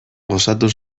gozatu